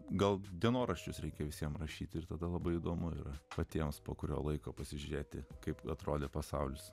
gal dienoraščius reikia visiems rašyti ir tada labai įdomu ir patiems po kurio laiko pasižiūrėti kaip atrodė pasaulis